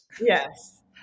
Yes